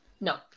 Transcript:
No